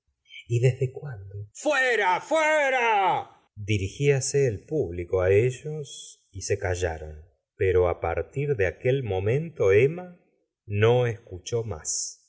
y desde cuándo fuera fuera dirigfase el público á ellos y callaron pero á partir de aquel momento emma no escuchó más